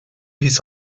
his